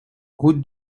route